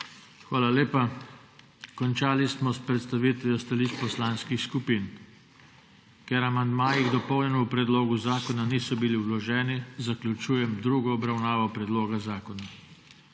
Hvala lepa. Končali smo s predstavitvijo stališč poslanskih skupin. Ker amandmaji k dopolnjenemu predlogu zakona niso bili vloženi, zaključujem drugo obravnavo predloga zakona.